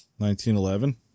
1911